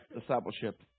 discipleship